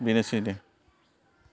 बेनोसै दे